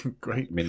Great